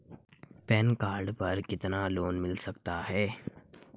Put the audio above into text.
Pan card पर कितना loan मिल सकता है?